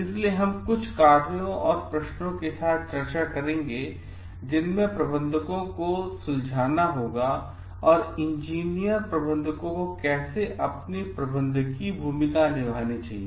इसलिए हम कुछ कार्यों और प्रश्नों के साथ चर्चा करेंगे जिन्हें प्रबंधकों को सुलझाना होगा और इंजीनियर प्रबंधकों को कैसे अपनी प्रबंधकीय भूमिका निभानी चाहिए